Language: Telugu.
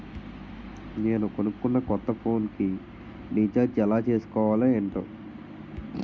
నేను కొనుకున్న కొత్త ఫోన్ కి రిచార్జ్ ఎలా చేసుకోవాలో ఏంటో